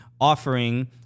offering